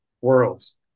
worlds